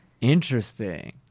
Interesting